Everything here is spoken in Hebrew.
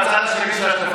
מה השעה?